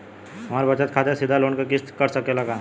हमरे बचत खाते से सीधे लोन क किस्त कट सकेला का?